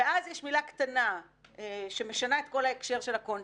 ואז יש מילה קטנה שמשנה את כל ההקשר של הקונטקסט,